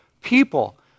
people